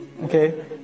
Okay